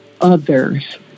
others